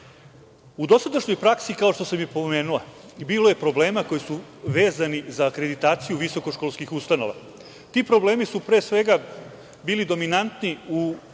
dosadašnjoj praksi, kao što sam pomenuo, bilo je problema koji su vezani za akreditaciju visokoškolskih ustanova. Ti problemi su bili dominantni u onom